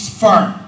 firm